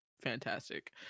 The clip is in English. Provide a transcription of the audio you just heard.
fantastic